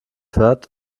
hört